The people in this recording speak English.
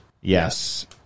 Yes